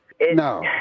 No